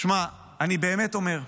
תשמע, אני באמת אומר,